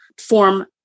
form